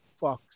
fucks